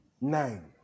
Nine